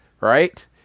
Right